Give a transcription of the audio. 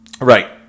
Right